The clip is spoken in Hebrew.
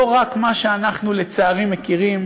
לא רק מה שאנחנו לצערי מכירים